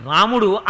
Ramudu